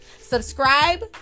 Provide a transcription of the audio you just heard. Subscribe